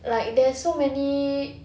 like there are so many